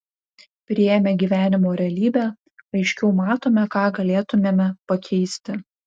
priėmę gyvenimo realybę aiškiau matome ką galėtumėme pakeisti